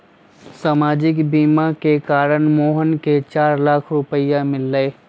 सामाजिक बीमा के कारण मोहन के चार लाख रूपए मिल लय